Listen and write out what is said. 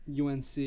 UNC